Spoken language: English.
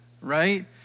right